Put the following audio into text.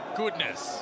goodness